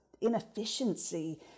inefficiency